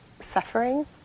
suffering